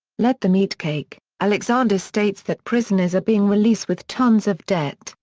let them eat cake alexander states that prisoners are being release with tons of debt,